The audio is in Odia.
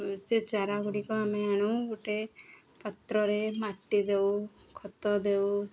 ସେ ଚାରା ଗୁଡ଼ିକ ଆମେ ଆଣୁ ଗୋଟେ ପାତ୍ରରେ ମାଟି ଦଉ ଖତ ଦେଉ